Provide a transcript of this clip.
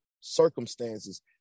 circumstances